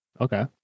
okay